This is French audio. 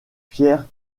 pierre